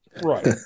Right